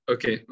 Okay